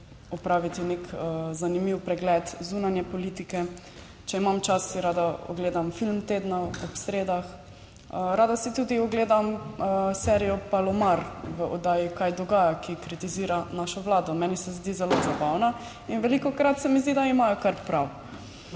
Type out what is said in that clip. opraviti nek zanimiv pregled zunanje politike. Če imam čas, si rada ogledam film tedna ob sredah. Rada si tudi ogledam serijo Palomar v oddaji Kaj dogaja, ki kritizira našo vlado. Meni se zdi zelo zabavna in velikokrat se mi zdi, da imajo kar prav.